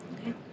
Okay